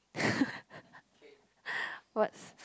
what's